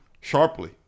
sharply